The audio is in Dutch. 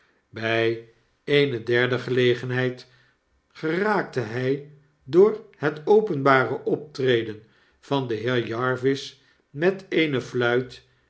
bfl eene derde gelegenheid geraakfce hij door het openbare optreden van den heer jarvis met eene fluit